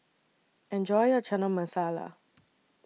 Enjoy your Chana Masala